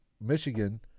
Michigan